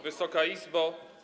Wysoka Izbo!